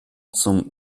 zum